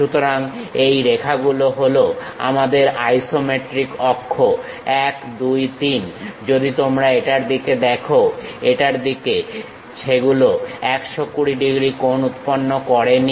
সুতরাং এই রেখাগুলো হলো আমাদের আইসোমেট্রিক অক্ষ এক দুই তিন যদি তোমরা এটার দিকে দেখো এটার দিকে সেগুলো 120 ডিগ্রী কোণ উৎপন্ন করেনি